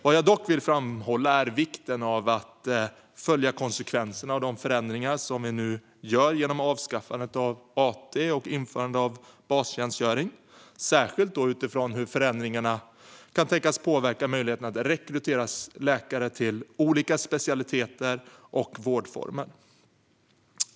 Vad jag dock vill framhålla är vikten av att följa konsekvenserna av de förändringar som vi nu gör genom avskaffandet av AT och införandet av bastjänstgöring, särskilt utifrån hur förändringarna kan tänkas påverka möjligheten att rekrytera läkare till olika specialiteter och vårdformer.